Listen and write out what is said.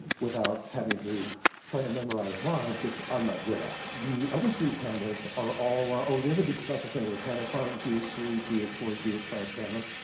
without having to try and memorize lines, which i'm not good at. the other three camera's are all. ah oh and the other big special thing, with the panasonic g h three, g h four, g h five camera's,